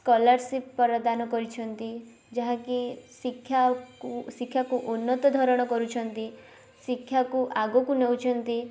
scholarship ପରଦାନ କରିଛନ୍ତି ଯାହାକି ଶିକ୍ଷାକୁ ଶିକ୍ଷାକୁ ଉନ୍ନତ ଧରଣ କରୁଛନ୍ତି ଶିକ୍ଷାକୁ ଆଗକୁ ନେଉଛନ୍ତି